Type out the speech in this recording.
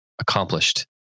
accomplished